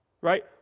Right